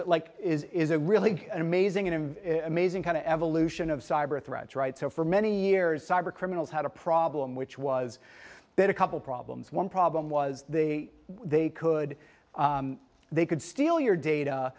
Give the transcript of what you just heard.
like is a really amazing and amazing kind of evolution of cyber threats right so for many years cyber criminals had a problem which was that a couple problems one problem was they they could they could steal your data